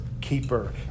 keeper